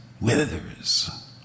withers